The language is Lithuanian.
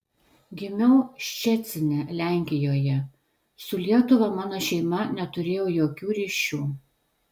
gimiau ščecine lenkijoje su lietuva mano šeima neturėjo jokių ryšių